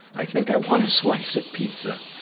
i think i want a slice of pizza.